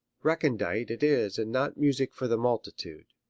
recondite it is and not music for the multitude.